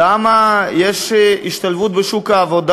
למה יש השתלבות בשוק העבודה?